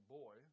boy